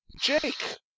Jake